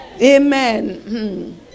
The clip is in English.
amen